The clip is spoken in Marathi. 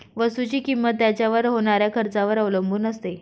वस्तुची किंमत त्याच्यावर होणाऱ्या खर्चावर अवलंबून असते